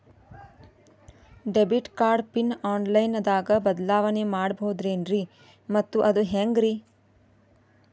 Debit card pin online ದಾಗ ಬದಲಾವಣೆ ಮಾಡಬಹುದೇನ್ರಿ ಮತ್ತು ಅದು ಹೆಂಗ್ರಿ?